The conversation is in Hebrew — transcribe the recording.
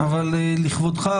אבל לכבודך,